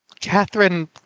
catherine